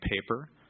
paper